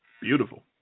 Beautiful